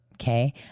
Okay